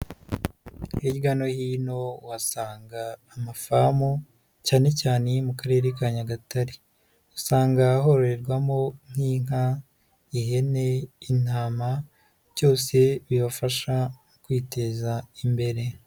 Hirya no hino uhasanga amafamu cyane cyane mu karere ka Nyagatare. Usanga hororerwamo nk'inka, ihene, intama byose bibafasha mu kwiteza imbere.